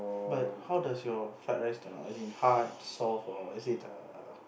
but how does your fried rice start out as in hard soft or let's say the